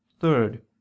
third